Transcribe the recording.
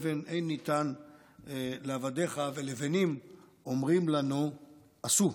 "תבן אין נִתן לעבדיך ולבנים אֹמרים לנו עשו".